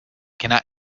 cannot